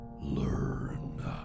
learn